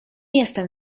jestem